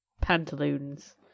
pantaloons